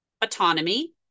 autonomy